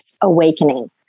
awakening